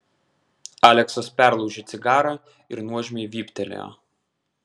aleksas perlaužė cigarą ir nuožmiai vyptelėjo